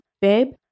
babe